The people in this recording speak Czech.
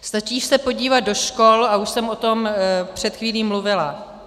Stačí se podívat do škol, a už jsem o tom před chvílí mluvila.